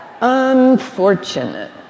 Unfortunate